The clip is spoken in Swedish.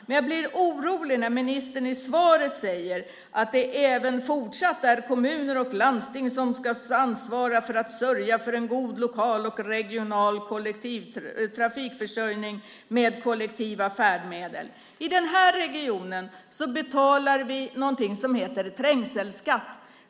Men jag blir orolig när ministern i svaret säger att det även fortsatt är kommuner och landsting som ska ansvara för att sörja för en god lokal och regional trafikförsörjning med kollektiva färdmedel. I den här regionen betalar vi något som heter trängselskatt.